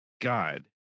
god